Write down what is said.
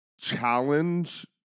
challenge